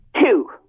Two